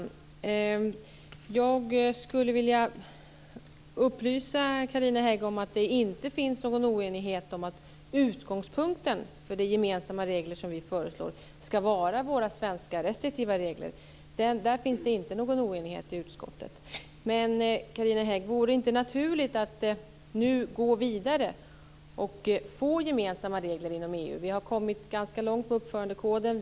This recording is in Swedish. Fru talman! Jag skulle vilja upplysa Carina Hägg om att det inte finns någon oenighet om att utgångspunkten för de gemensamma regler som vi föreslår ska vara våra svenska restriktiva regler. Där finns det inte någon oenighet i utskottet. Men, Carina Hägg: Vore det inte naturligt att nu gå vidare och få gemensamma regler inom EU? Vi har kommit ganska långt på uppförandekoden.